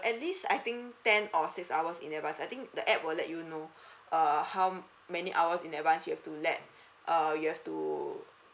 at least I think ten or six hours in advance I think the app will let you know err how many hours in advance you have to let err you have to